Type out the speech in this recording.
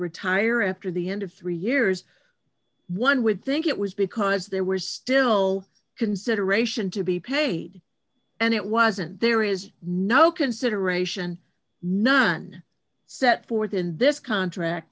retire after the end of three years one would think it was because there were still consideration to be paid and it wasn't there is no consideration none set forth in this contract